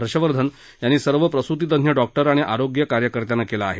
हर्षवर्धन यांनी सर्व प्रसुतीतज्ञ डॉक्टर आणि आरोग्य कार्यकर्त्यांना केलं आहे